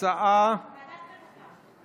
אנחנו הצבענו על הצעת החוק הראשונה,